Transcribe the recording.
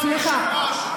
היושב-ראש,